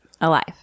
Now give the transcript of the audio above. alive